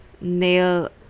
nail